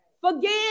Forgive